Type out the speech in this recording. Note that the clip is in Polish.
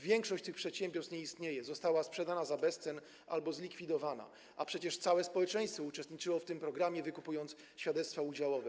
Większość tych przedsiębiorstw nie istnieje, została sprzedana za bezcen albo zlikwidowana, a przecież całe społeczeństwo uczestniczyło w tym programie, wykupując świadectwa udziałowe.